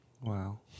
Wow